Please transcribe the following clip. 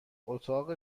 اتاق